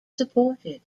supported